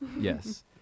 Yes